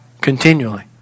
continually